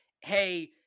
Hey